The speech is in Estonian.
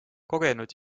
kogenud